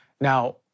Now